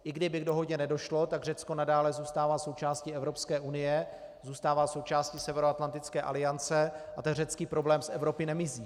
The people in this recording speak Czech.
I kdyby k dohodě nedošlo, tak Řecko nadále zůstává součástí Evropské unie, zůstává součástí Severoatlantické aliance a řecký problém z Evropy nemizí.